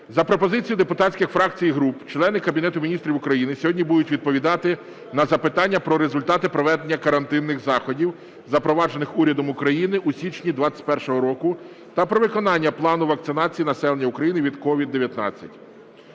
За пропозицією депутатських фракцій і груп члени Кабінету Міністрів України сьогодні будуть відповідати на запитання про результати проведення карантинних заходів, запроваджених урядом України у січні 2021 року, та про виконання плану вакцинації населення України від COVID-19.